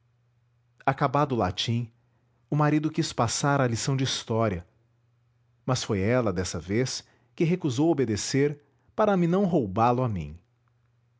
acabado o latim o marido quis passar à lição de história mas foi ela dessa vez que recusou obedecer para me não roubá lo a mim